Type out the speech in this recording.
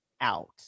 out